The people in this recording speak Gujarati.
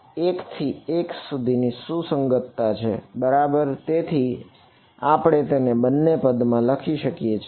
તેથી આપણે તેને બંને પદ માં લખી શકીએ છીએ